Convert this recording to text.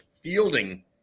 fielding